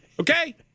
Okay